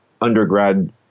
undergrad